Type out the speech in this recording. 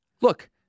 look